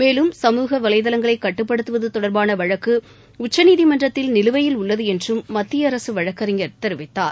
மேலும் சமூக வலைதளங்களைகட்டுப்படுத்துவத்தொடர்பானவழக்குஉச்சநீதிமன்றத்ில் நிலுவையில் உள்ளதுஎன்றும் மத்திய அரசுவழக்கறிஞர் தெரிவித்தார்